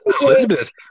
Elizabeth